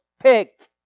picked